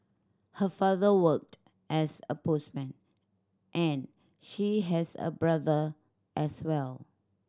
her father worked as a postman and she has a brother as well